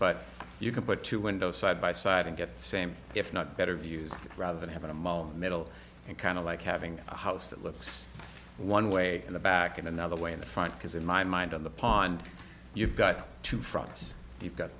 but you can put two windows side by side and get the same if not better views rather than having a moment middle and kind of like having a house that looks one way in the back and another way in the front because in my mind on the pond you've got two fronts you've got